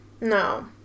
No